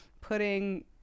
putting